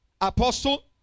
Apostle